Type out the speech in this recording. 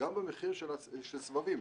גם במחיר של סבבים.